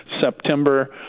September